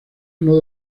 uno